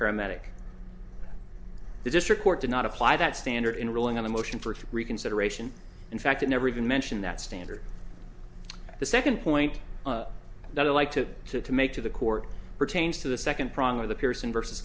paramedic the district court did not apply that standard in ruling on the motion for reconsideration in fact it never even mentioned that standard the second point that i like to see to make to the court pertains to the second prong of the pearson versus